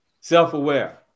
self-aware